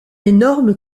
énorme